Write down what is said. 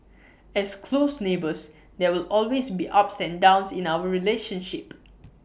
as close neighbours there will always be ups and downs in our relationship